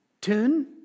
tune